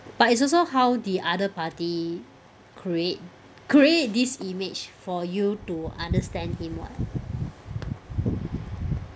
but it's also how the other party create create this image for you to understand him [what]